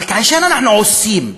אבל כאשר אנחנו עושים,